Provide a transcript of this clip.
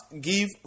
give